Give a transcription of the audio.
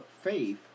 faith